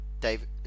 David